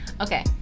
okay